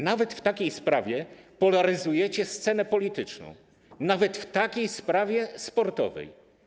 Nawet w takiej sprawie polaryzujecie scenę polityczną, nawet w takiej sprawie sportowej.